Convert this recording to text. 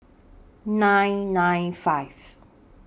nine nine five